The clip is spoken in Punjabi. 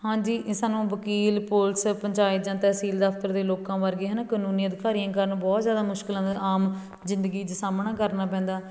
ਹਾਂਜੀ ਸਾਨੂੰ ਵਕੀਲ ਪੁਲਿਸ ਪੰਚਾਇਤ ਜਾਂ ਤਹਿਸੀਲ ਦਫਤਰ ਦੇ ਲੋਕਾਂ ਵਰਗੇ ਹੈ ਨਾ ਕਨੂੰਨੀ ਅਧਿਕਾਰੀਆਂ ਕਾਰਨ ਬਹੁਤ ਜ਼ਿਆਦਾ ਮੁਸ਼ਕਿਲਾਂ ਦਾ ਆਮ ਜ਼ਿੰਦਗੀ 'ਚ ਸਾਹਮਣਾ ਕਰਨਾ ਪੈਂਦਾ